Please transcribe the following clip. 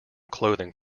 clothing